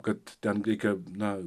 kad ten reikia na